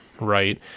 right